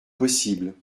possible